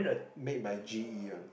made by G_E one